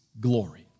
glory